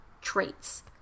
traits